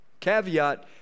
Caveat